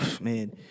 man